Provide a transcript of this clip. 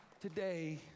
today